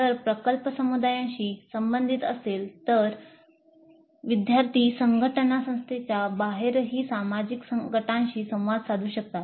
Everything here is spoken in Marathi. जर प्रकल्प समुदायाशी संबंधित असेल तर विद्यार्थी संघटना संस्थेच्या बाहेरही सामाजिक गटांशी संवाद साधू शकतात